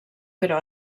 però